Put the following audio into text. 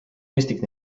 mõistlik